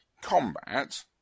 combat